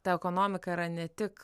ta ekonomika yra ne tik